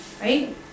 right